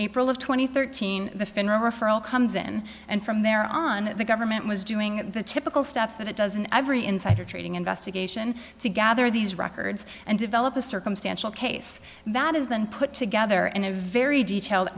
and thirteen the federal referral comes in and from there on the government was doing the typical steps that it doesn't every insider trading investigation to gather these records and develop a circumstantial case that is then put together and a very detailed